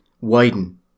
widen